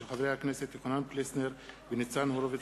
של חברי הכנסת יוחנן פלסנר וניצן הורוביץ,